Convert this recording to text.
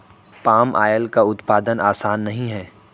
palm oil का उत्पादन आसान नहीं है